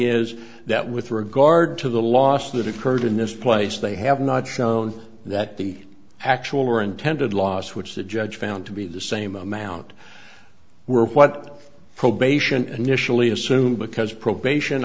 is that with regard to the loss that occurred in this place they have not shown that the actual or intended laws which the judge found to be the same amount were what probation and mischa lead assume because probation